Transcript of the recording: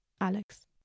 Alex